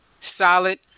solid